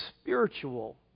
spiritual